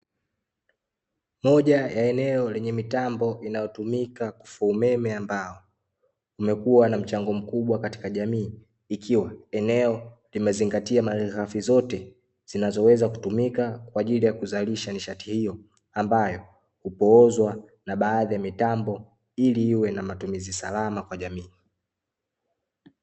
Moja ya eneo lenye mitambo inayotumika kufua umeme, ambao umekuwa na mchango mkubwa katika jamii, ikiwa eneo limezingatia malighafi zote zinazoweza kutumika kwa ajili ya kuzalisha nishati hiyo, ambayo hupoozwa na baadhi ya mitambo, ili iwe namatumizi salama kwa jamii.